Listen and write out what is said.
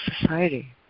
Society